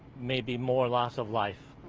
maybe more loss of life.